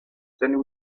then